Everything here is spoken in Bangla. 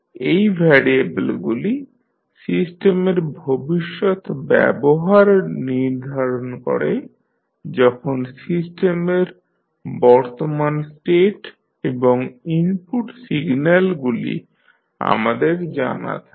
এই ভ্যারিয়েবলগুলি সিস্টেমের ভবিষ্যৎ ব্যবহার নির্ধারণ করে যখন সিস্টেমের বর্তমান স্টেট এবং ইনপুট সিগন্যালগুলি আমাদের জানা থাকে